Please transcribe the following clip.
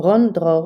רון דרור,